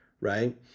right